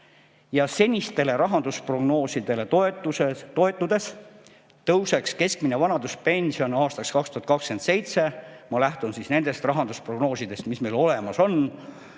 Senistele rahandusprognoosidele toetudes tõuseks keskmine vanaduspension aastaks 2027 – ma lähtun nendest rahandusprognoosidest, mis meil olemas on,